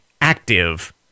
active